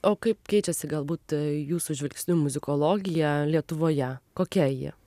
o kaip keičiasi galbūt jūsų žvilgsniu muzikologija lietuvoje kokia ji